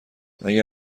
اگه